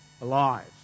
alive